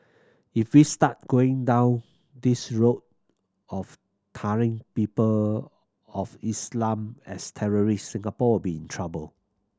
if we start going down this route of tarring people of Islam as terrorists Singapore will be in trouble